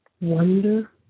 wonder